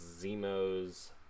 Zemo's